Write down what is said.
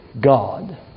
God